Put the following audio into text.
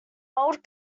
old